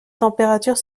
températures